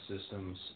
systems